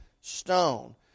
Stone